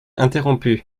interrompu